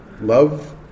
love